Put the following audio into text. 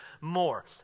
more